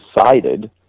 decided